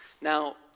Now